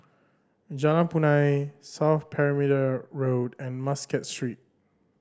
Jalan Punai South Perimeter Road and Muscat Street